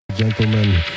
gentlemen